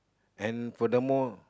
and furthermore